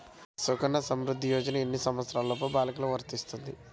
సుకన్య సంవృధ్ది యోజన ఎన్ని సంవత్సరంలోపు బాలికలకు వస్తుంది?